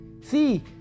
See